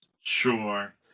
Sure